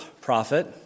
Prophet